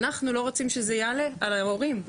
אנחנו לא רוצים שזה יעלה על ההורים,